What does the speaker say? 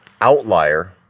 outlier